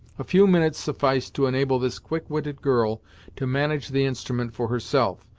a few minutes sufficed to enable this quick witted girl to manage the instrument for herself,